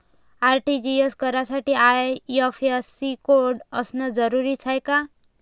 RTGS करासाठी IFSC code असनं जरुरीच हाय का?